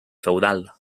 feudal